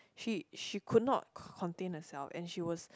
she she could not contain herself and she was